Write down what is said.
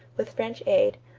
with french aid,